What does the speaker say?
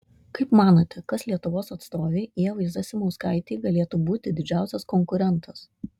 kaip manote kas lietuvos atstovei ievai zasimauskaitei galėtų būti didžiausias konkurentas